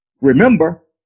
Remember